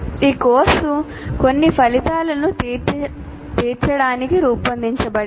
ఈ కోర్సు కొన్ని ఫలితాలను తీర్చడానికి రూపొందించబడింది